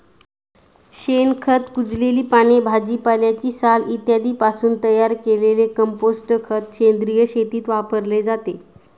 शेणखत, कुजलेली पाने, भाजीपाल्याची साल इत्यादींपासून तयार केलेले कंपोस्ट खत सेंद्रिय शेतीत वापरले जाते